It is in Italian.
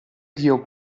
dio